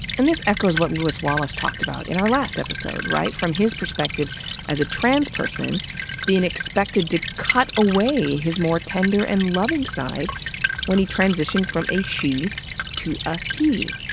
and this echoes what lewis wallace talked about in our last episode, from his perspective as a trans person being expected to cut away his more tender and loving side when he transitioned from a she to a he.